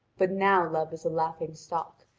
but now love is a laughing-stock,